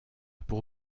pour